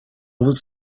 was